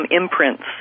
imprints